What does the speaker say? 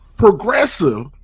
Progressive